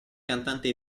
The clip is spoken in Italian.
cantante